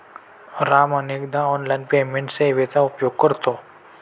राम अनेकदा online payment सेवेचा उपयोग करतो